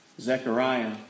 Zechariah